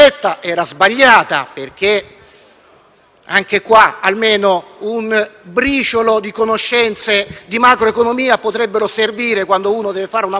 perché - un briciolo di conoscenze di macroeconomia potrebbero servire quando uno deve fare una manovra economica